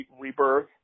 rebirth